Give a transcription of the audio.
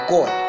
God